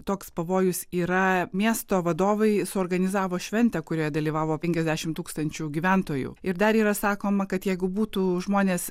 toks pavojus yra miesto vadovai suorganizavo šventę kurioje dalyvavo penkiasdešim tūkstančių gyventojų ir dar yra sakoma kad jeigu būtų žmonės